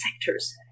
sectors